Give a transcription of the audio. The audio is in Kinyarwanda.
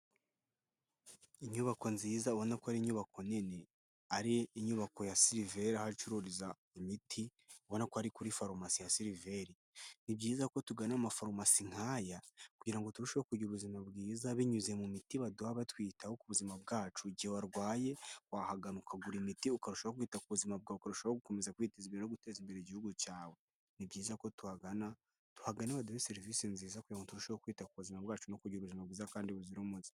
Inyubako nziza ubona ko ari inyubako nini ari inyubako ya Sylvere aho acururiza imiti ubona ko ari kuri farumasi ya Sylvere, ni byiza ko tugana amafarumasi nk'aya kugirango turusheho kugira ubuzima bwiza binyuze mu miti baduha batwitaho ku buzima bwacu igihe warwaye wahagana ukagura imiti ukarushaho kwita ku buzima bwawe kurushaho gukomeza kwiteza imbere no guteza imbere igihugu cyawe, ni byiza ko tuhagana tuhagana baduhe serivisi nziza kugira ngo turusheho kwita ku buzima bwacu no kugira ubuzima bwiza kandi buzira umuze.